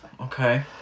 Okay